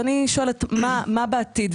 אני שואלת מה בעתיד?